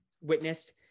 witnessed